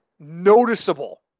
noticeable